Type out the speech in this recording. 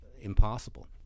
impossible